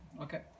Okay